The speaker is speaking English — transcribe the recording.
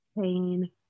pain